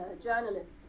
journalist